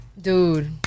Dude